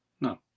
No